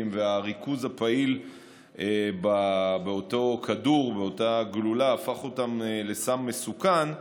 והריכוז הפעיל באותה גלולה הפך אותם לסם מסוכן,